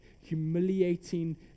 humiliating